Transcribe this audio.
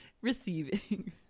Receiving